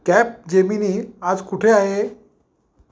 cab Gemini आज कुठे आहे